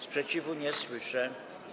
Sprzeciwu nie słyszę.